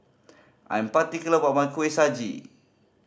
I'm particular about my Kuih Suji